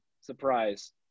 surprise